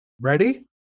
Ready